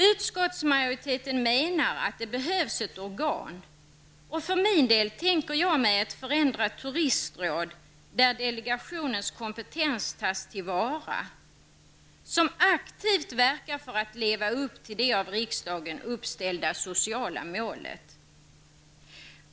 Utskottsmajoriteten menar att det behövs ett organ -- för min del tänker jag mig ett förändrat turistråd, där delegationens kompetens tas till vara -- som aktivt verkar för att leva upp till det av riksdagen uppställda sociala målet.